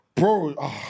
Bro